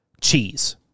Cheese